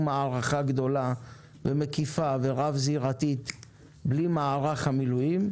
מערכה גדולה ומקיפה ורב זירתית בלי מערך המילואים,